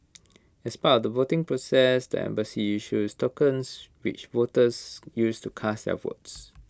as part of the voting process the embassy issues tokens which voters use to cast their votes